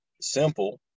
simple